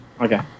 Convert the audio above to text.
okay